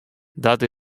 dat